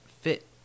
fit